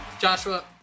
Joshua